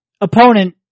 opponent